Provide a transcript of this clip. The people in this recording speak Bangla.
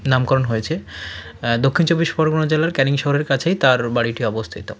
নামকরণ হয়েছে দক্ষিণ চব্বিশ পরগনা জেলার ক্যানিং শহরের কাছেই তার বাড়িটি অবস্থিত